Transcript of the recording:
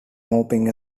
moping